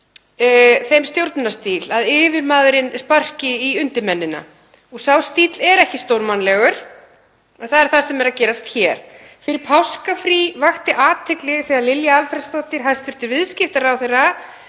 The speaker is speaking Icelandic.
þeim stjórnunarstíl að yfirmaðurinn sparki í undirmennina. Sá stíll er ekki stórmannlegur, en það er það sem er að gerast hér. Fyrir páskafrí vakti athygli þegar Lilja Alfreðsdóttir, hæstv. viðskiptaráðherra,